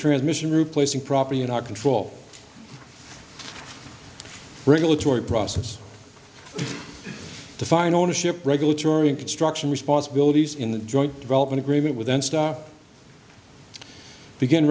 transmission replacing property in our control regulatory process the fine ownership regulatory and construction responsibilities in the joint development agreement with begin